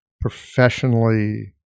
professionally